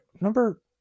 number